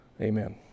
Amen